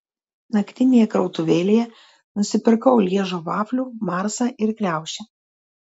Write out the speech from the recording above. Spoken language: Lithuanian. naktinėje krautuvėlėje nusipirkau lježo vaflių marsą ir kriaušę